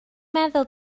meddwl